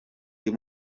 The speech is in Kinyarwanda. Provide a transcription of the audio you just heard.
uyu